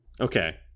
Okay